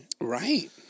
Right